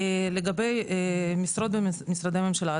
לגבי משרות במשרדי ממשלה,